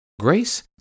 Grace